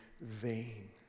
vain